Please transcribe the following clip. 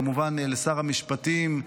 כמובן לשר המשפטים,